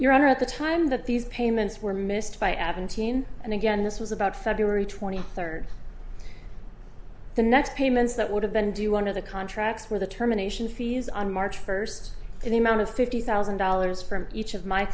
honor at the time that these payments were missed by adding a teen and again this was about february twenty third the next payments that would have been do one of the contracts where the terminations fees on march first and the amount of fifty thousand dollars from each of my